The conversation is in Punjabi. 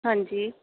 ਹਾਂਜੀ